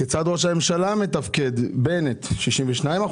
כיצד ראש הממשלה בנט מתפקד: 62%,